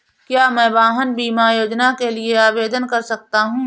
क्या मैं वाहन बीमा योजना के लिए आवेदन कर सकता हूँ?